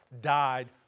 died